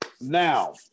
Now